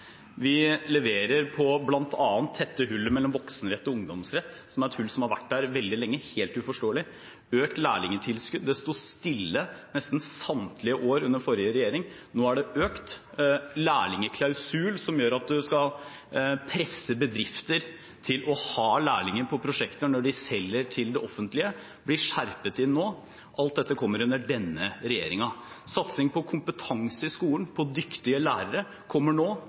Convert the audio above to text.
ungdomsrett, som er et hull som har vært der veldig lenge – helt uforståelig. Vi har økt lærlingtilskuddet, som sto stille nesten samtlige år under forrige regjering. Nå er det økt. Lærlingklausulen som gjør at man skal presse bedrifter til å ha lærlinger på prosjekter når de selger til det offentlige, blir skjerpet inn nå. Alt dette kommer under denne regjeringen. Satsing på kompetanse i skolen, på dyktige lærere, kommer nå.